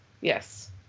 yes